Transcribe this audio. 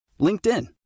LinkedIn